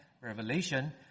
Revelation